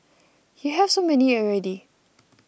you have so many already